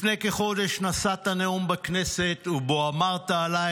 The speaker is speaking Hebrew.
לפני כחודש נשאת נאום בכנסת ובו אמרת עליי